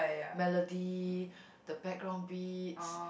melody the background beats